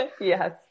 Yes